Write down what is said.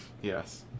Yes